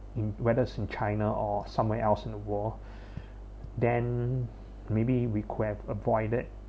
in whether in china or somewhere else in the world then maybe we could have avoided